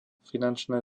finančné